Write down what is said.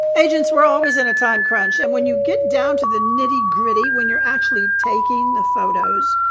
agents were always in a time crunch. and when you get down to the nitty gritty, when you're actually taking the photos,